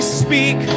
speak